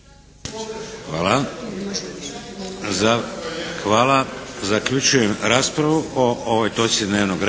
(HDZ)** Hvala. Zaključujem raspravu o ovoj točci dnevnog reda.